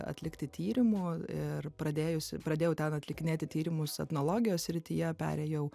atlikti tyrimų ir pradėjusi pradėjau ten atlikinėti tyrimus etnologijos srityje perėjau